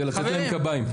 זה לתת להם קביים.